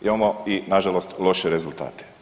Imamo i nažalost loše rezultate.